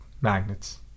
magnets